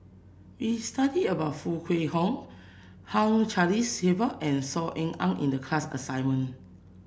we studied about Foo Kwee Horng Hugh Charles Clifford and Saw Ean Ang in the class assignment